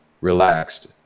relaxed